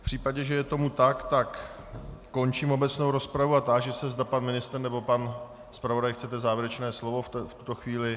V případě, že je tomu tak, končím obecnou rozpravu a táži se, zda pan ministr nebo pan zpravodaj chcete závěrečné slovo v tuto chvíli.